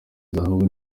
zahabu